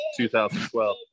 2012